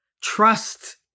trust